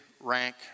Rank